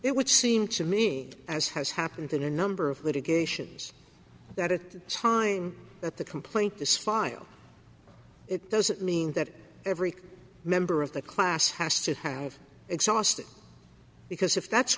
it would seem to me as has happened in a number of litigations that it chime that the complaint is filed it doesn't mean that every member of the class has to have exhausted because if that's